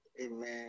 Amen